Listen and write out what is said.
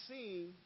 seen